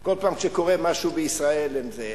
כל פעם שקורה משהו בישראל, הם בזה.